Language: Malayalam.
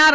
ആർ